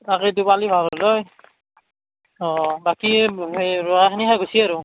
তাকেতো পালি ভাল হ'ল হয় অঁ বাকী এ ৰোৱাখিনি শেষ হৈছি আৰু